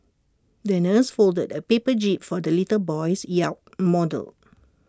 the nurse folded A paper jib for the little boy's yacht model